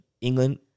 England